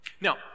Now